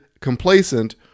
complacent